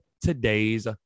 today's